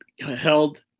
held